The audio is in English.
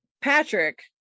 Patrick